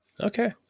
okay